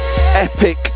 Epic